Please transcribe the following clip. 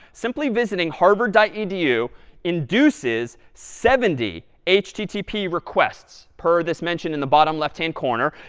simply visiting harvard dot edu induces seventy http requests per this mention in the bottom left-hand corner.